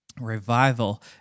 Revival